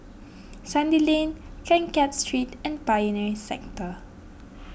Sandy Lane Keng Kiat Street and Pioneer Sector